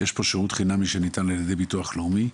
יש פה שירות חינמי שניתן על ידי הביטוח הלאומי.